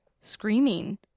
screaming